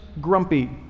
grumpy